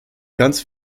ganz